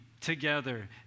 together